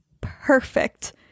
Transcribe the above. perfect